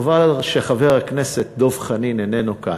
חבל שחבר הכנסת דב חנין איננו כאן.